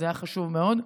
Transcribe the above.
זה היה חשוב מאוד,